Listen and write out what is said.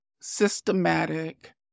systematic